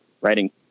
writing